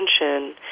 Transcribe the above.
attention